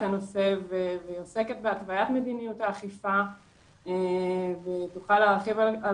הנושא ועוסקת בהתוויית מדיניות האכיפה ותוכל להרחיב על